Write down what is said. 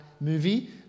movie